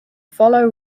follow